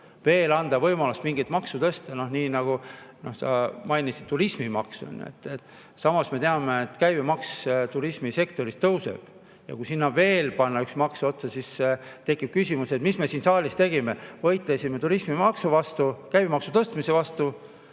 veel võimalus mingit maksu tõsta – sa mainisid turismimaksu, samas me teame, et käibemaks turismisektoris tõuseb, ja kui sinna panna veel üks maks otsa, siis tekib küsimus, mida me siin saalis tegime: võitlesime turismimaksu vastu, käibemaksu tõstmise vastu